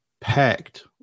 packed